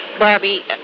Barbie